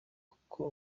kuko